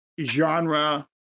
genre